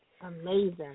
Amazing